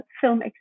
film